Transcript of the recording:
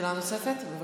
שאלה נוספת, בבקשה.